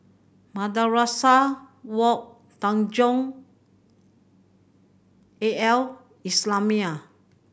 Madrasah Wak Tanjong A L Islamiah